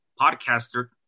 podcaster